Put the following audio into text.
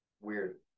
Weird